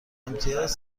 امتیاز